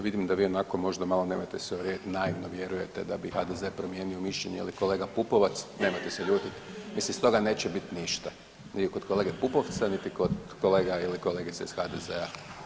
Vidim da vi onako možda malo, nemojte se uvrijediti, naivno vjerujete da bi HDZ promijenio mišljenje ili kolega Pupovac, nemojte se ljutiti, mislim iz toga neće biti ništa ni kod kolege Pupovca niti kod kolega ili kolegica iz HDZ-a.